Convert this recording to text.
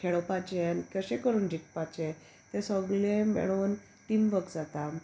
खेळपाचे कशें करून जिखपाचे ते सोगले मेळोन टीम वर्क जाता